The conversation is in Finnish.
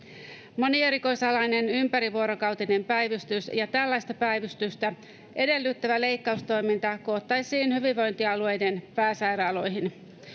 Monierikoisalainen ympärivuorokautinen päivystys ja tällaista päivystystä edellyttävä leikkaustoiminta koottaisiin hyvinvointialueiden pääsairaaloihin.